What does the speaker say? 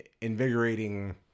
invigorating